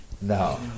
No